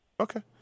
Okay